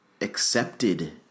Accepted